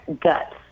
guts